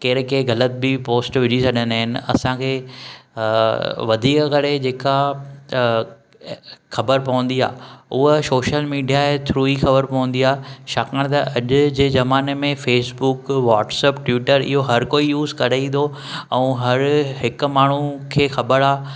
कहिड़े के ग़लति बि पोस्ट विझी छॾींदा आहिनि असांखे वधीक करे जेका ख़बरु पवंदी आहे हूअ शोशल मीडिया जे थ्रू ई ख़बरु पवंदी आहे छाकाणि त अॼु जे ज़माने मे फेसबूक वॉट्सअप ट्यूटर इहो हर कोई यूस करेइ थो ऐं हर हिकु माण्हू खें ख़बरु आहे